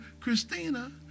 Christina